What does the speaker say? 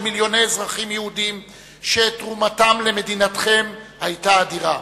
של מיליוני אזרחים יהודים שתרומתם למדינתכם היתה אדירה.